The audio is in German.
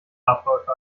abläufe